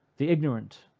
the ignorant,